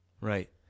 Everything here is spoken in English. Right